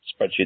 spreadsheet